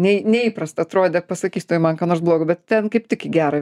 nei neįprasta atrodė pasakys tuoj man ką nors blogo bet ten kaip tik į gerą